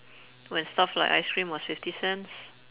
when stuff like ice cream was fifty cents